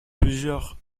plusieurs